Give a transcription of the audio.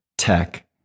tech